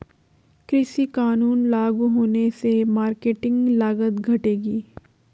कृषि कानून लागू होने से मार्केटिंग लागत घटेगी